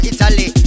Italy